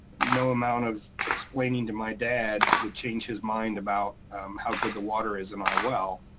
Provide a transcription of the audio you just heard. no amount of explaining to my dad would change his mind about how good the water is in our well,